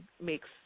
makes